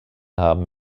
haben